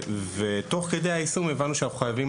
ותוך כדי היישום הבנו שאנחנו חייבים